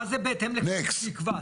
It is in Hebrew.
מה זה בהתאם לכללים שנקבע?